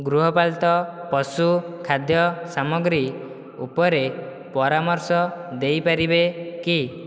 ଗୃହପାଳିତ ପଶୁ ଖାଦ୍ୟ ସାମଗ୍ରୀ ଉପରେ ପରାମର୍ଶ ଦେଇ ପାରିବେ କି